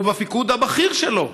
ובפיקוד הבכיר שלו.